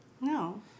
No